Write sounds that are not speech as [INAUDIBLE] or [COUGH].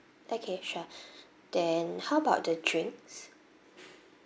okay sure [BREATH] then how about the drinks